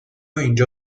اینجا